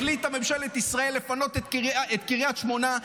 החליטה ממשלת ישראל לפנות את קריית שמונה,